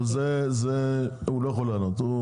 אבל הוא לא יכול לענות על זה,